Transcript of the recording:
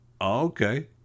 okay